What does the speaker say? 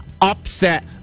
upset